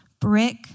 brick